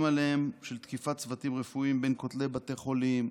עליהם של תקיפת צוותים רפואיים בין כותלי בתי חולים,